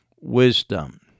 wisdom